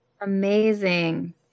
Amazing